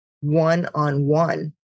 one-on-one